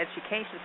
Education